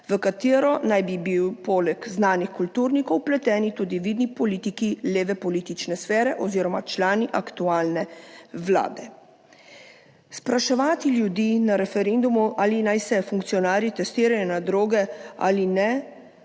v katero naj bi bili poleg znanih kulturnikov vpleteni tudi vidni politiki leve politične sfere oziroma člani aktualne vlade. Spraševati ljudi na referendumu, ali naj se funkcionarji testirajo na droge ali ne,